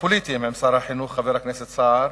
הפוליטיים עם שר החינוך, חבר הכנסת סער,